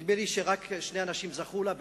נדמה לי שרק שני אנשים זכו לה,